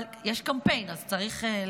אבל יש קמפיין, אז צריך לדבוק.